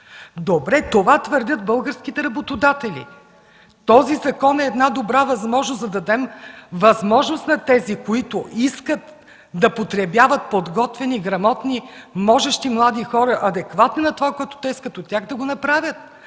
Добре, това твърдят българските работодатели. Този закон е една добра възможност да дадем шанс на тези, които искат да потребяват подготвени, грамотни и можещи млади хора, адекватни на това, което те искат от тях, да го направят